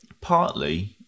partly